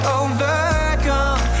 overcome